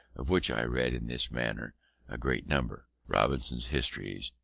of which i read in this manner a great number robertson's histories,